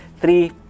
three